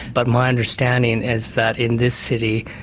but my understanding is that in this city,